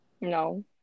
No